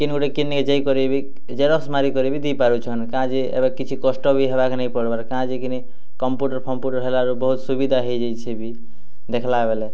କେନ୍ ଗୁଟେ କିନିକେ ଯାଇକରି ବି ଜେରକ୍ସ୍ ମାରିକରି ବି ଦେଇ ପାରୁଛନ୍ କାଁଯେ ଏବେ କିଛି କଷ୍ଟ ବି ହେବାକେ ନେଇଁ ପଡ଼୍ବାର୍ କାଁଯେକି ନେଇଁ କମ୍ପୁଟର୍ ଫମ୍ପୁଟର୍ ହେଲାରୁ ବହୁତ୍ ସୁବିଧା ହେଇଯାଇଛେ ବି ଦେଖ୍ଲା ବେଲେ